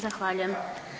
Zahvaljujem.